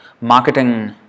marketing